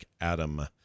Adam